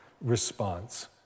response